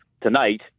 tonight